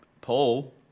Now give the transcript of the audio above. Paul